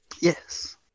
Yes